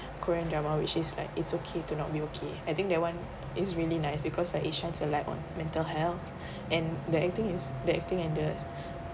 korean drama which is like it's okay to not be okay I think that one is really nice because like it shines a light on mental health and the acting is the acting and the